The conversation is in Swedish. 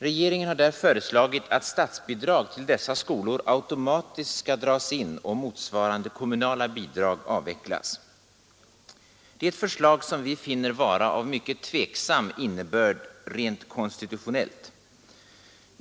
Regeringen har där föreslagit att statsbidrag till dessa skolor skall dras in, om motsvarande kommunala bidrag avvecklas. Det är ett förslag som vi finner vara av mycket tvivelaktig innebörd rent konstitutionellt.